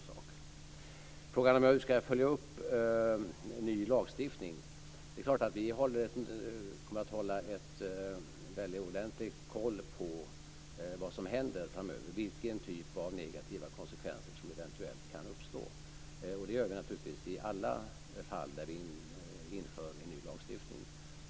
När det gäller frågan om hur jag ska följa upp en ny lagstiftning vill jag säga att vi kommer att hålla noggrann koll på vad som händer framöver och på vilken typ av negativa konsekvenser som eventuellt kan uppstå. Det gör vi naturligtvis i alla de fall där vi inför en ny lagstiftning.